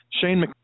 Shane